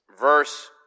verse